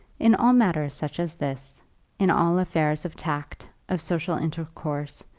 in all matters such as this in all affairs of tact, of social intercourse,